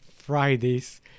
Fridays